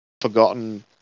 forgotten